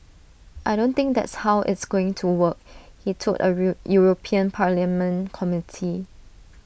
I don't think that's how it's going to work he told A real european parliament committee